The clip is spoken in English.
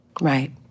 Right